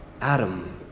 Adam